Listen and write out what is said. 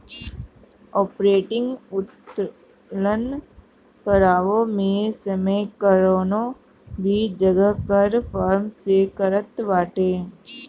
operating उत्तोलन कवनो भी समय कवनो भी जगह हर फर्म में रहत बाटे